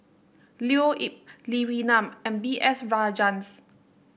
Leo Yip Lee Wee Nam and B S Rajhans